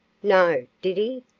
no, did he?